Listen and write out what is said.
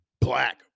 black